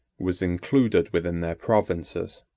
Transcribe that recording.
was included within their provinces.